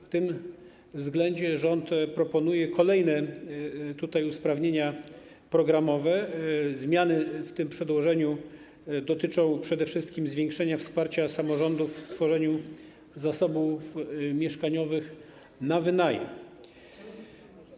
W tym względzie rząd proponuje kolejne usprawnienia programowe: zmiany w tym przedłożeniu dotyczą przede wszystkim zwiększenia wsparcia samorządów w tworzeniu zasobów mieszkaniowych na wynajem.